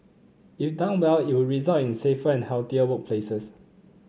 if done well it would result in safer and healthier workplaces